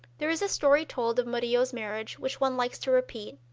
there is a story told of murillo's marriage which one likes to repeat.